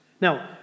Now